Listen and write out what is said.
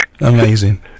Amazing